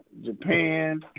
Japan